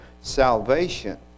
salvation